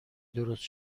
درست